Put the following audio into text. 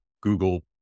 Google